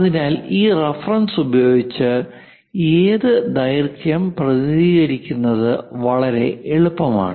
അതിനാൽ ഈ റഫറൻസ് ഉപയോഗിച്ച് ഏത് ദൈർഘ്യം പ്രതിനിധീകരിക്കുന്നത് വളരെ എളുപ്പമാണ്